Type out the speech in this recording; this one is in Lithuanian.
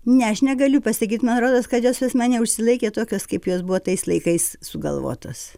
ne aš negaliu pasakyt man rodos kad jos jos man neužsilaikė tokios kaip jos buvo tais laikais sugalvotos